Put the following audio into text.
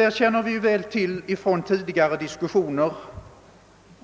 Detta känner vi väl till från tidigare diskussioner